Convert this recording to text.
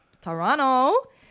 Toronto